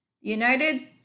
United